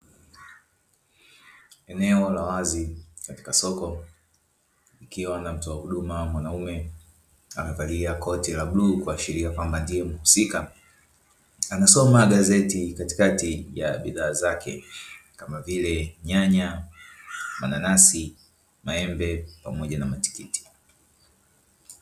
Eneo la wazi katika soko likiwa na mtoa huduma mwanaume amevalia koti la bluu kuashiria kuwa ndio mhusika, anasoma gazeti katikati ya bidhaa zake kama vile nyanya, mananasi, maembe pamoja na matikiti.